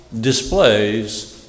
Displays